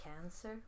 cancer